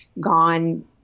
gone